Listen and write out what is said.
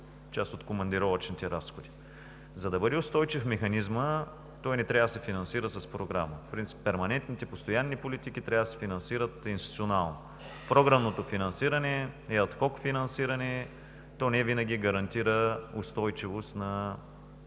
част от командировъчните разходи. За да бъде устойчив механизмът, той не трябва да се финансира с програма – по принцип перманентните, постоянни политики трябва да се финансират институционално. Програмното финансиране е адхок финансиране, то невинаги гарантира устойчивост на